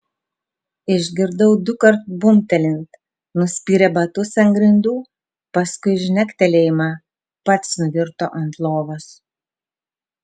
išgirdau dukart bumbtelint nuspyrė batus ant grindų paskui žnektelėjimą pats nuvirto ant lovos